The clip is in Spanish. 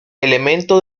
elemento